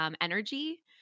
energy